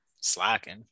Slacking